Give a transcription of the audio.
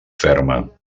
ferma